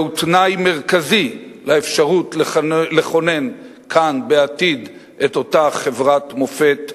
זהו תנאי מרכזי לאפשרות לכונן כאן בעתיד את אותה חברת מופת,